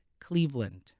Cleveland